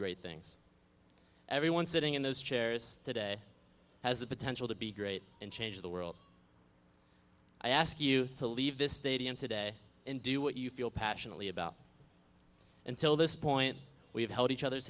great things everyone sitting in those chairs today has the potential to be great and change the world i ask you to leave this stadium today and do what you feel passionately about until this point we have held each other's